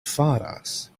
faras